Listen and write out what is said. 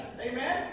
Amen